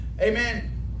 Amen